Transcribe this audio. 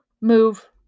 move